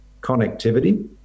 connectivity